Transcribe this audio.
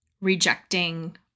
rejecting